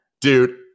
dude